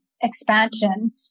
expansion